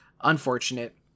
unfortunate